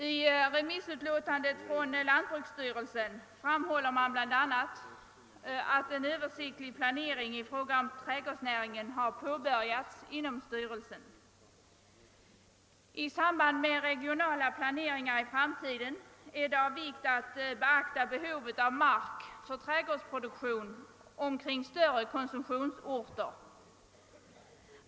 I remissutlåtandet från lantbruksstyrelsen framhålles bl. a, att en översiktlig planering i fråga om trädgårdsnäringen har påbörjats inom styrelsen och att det i samband med regionala planeringar i framtiden är av vikt att beakta behovet av mark för trädgårdsproduktion omkring större konsumtionsorter.